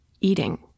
eating